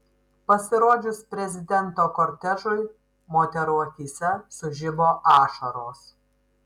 pasirodžius prezidento kortežui moterų akyse sužibo ašaros